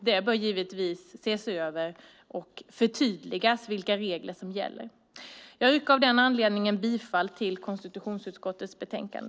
Detta bör givetvis ses över, och det bör förtydligas vilka regler som gäller. Jag yrkar av den anledningen bifall till förslaget i konstitutionsutskottets betänkande.